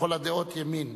לכל הדעות, ימין.